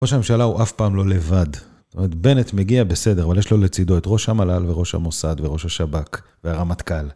ראש הממשלה הוא אף פעם לא לבד. זאת אומרת, בנט מגיע, בסדר. אבל יש לו לצידו את ראש המל״ל, וראש המוסד, וראש השב״כ והרמטכ״ל.